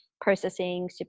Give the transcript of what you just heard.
processing